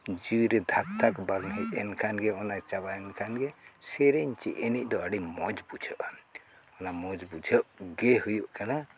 ᱡᱤᱣᱤᱨᱮ ᱫᱷᱟᱠ ᱫᱷᱟᱠ ᱵᱟᱝ ᱦᱮᱡ ᱮᱱᱠᱷᱟᱱ ᱜᱮ ᱚᱱᱟ ᱪᱟᱵᱟᱭᱮᱱ ᱠᱷᱟᱱ ᱜᱮ ᱥᱮᱨᱮᱧ ᱥᱮ ᱮᱱᱮᱡ ᱫᱚ ᱟᱹᱰᱤ ᱢᱚᱡᱽ ᱵᱩᱡᱷᱟᱹᱜᱼᱟ ᱚᱱᱟ ᱢᱚᱡᱽ ᱵᱩᱡᱷᱟᱹᱜ ᱜᱮ ᱦᱩᱭᱩᱜ ᱠᱟᱱᱟ